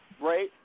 Right